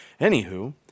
Anywho